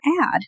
add